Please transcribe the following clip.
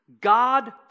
God